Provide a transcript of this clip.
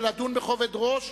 ולדון בכובד ראש,